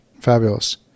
Fabulous